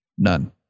None